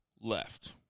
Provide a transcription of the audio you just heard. left